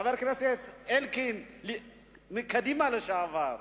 חבר הכנסת אלקין מקדימה לשעבר,